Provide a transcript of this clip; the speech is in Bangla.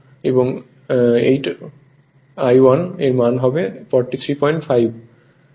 এবং 8I1 এর মান হবে 435 হবে